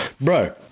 Bro